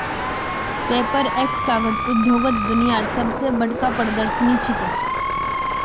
Paperex कागज उद्योगत दुनियार सब स बढ़का प्रदर्शनी छिके